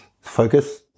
focus